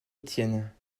étienne